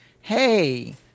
hey